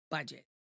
Budget